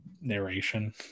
narration